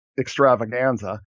extravaganza